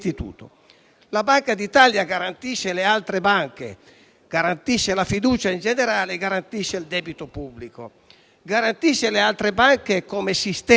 La Banca d'Italia garantisce inoltre le altre banche, garantisce la fiducia in generale e garantisce il debito pubblico. Essa garantisce le altre banche come sistema,